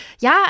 Ja